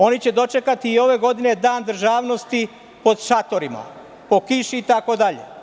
Oni će dočekati i ove godine Dan državnosti pod šatorima, po kiši itd.